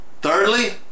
Thirdly